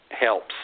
helps